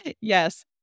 Yes